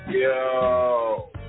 Yo